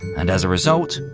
and as a result,